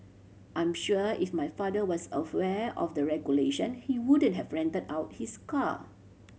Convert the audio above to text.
I'm sure if my father was of the regulation he wouldn't have rented out his car